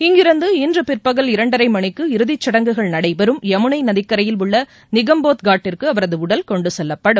இங்கிருந்து இன்று பிற்பகல் இரண்டரை மணிக்கு இறுதிக் சடங்குகள் நடைபெறும் யமுனை நதிக்கரையில் உள்ள நிகம்போத் கட் ற்கு அவரது உடல் கொண்டு செல்லப்படும்